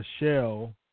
Michelle